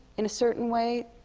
in a certain way.